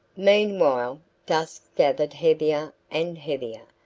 meanwhile dusk gathered heavier and heavier,